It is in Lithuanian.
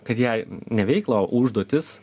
kad jei ne veiklą o užduotis